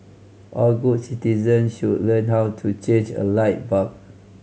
all good citizen should learn how to change a light bulb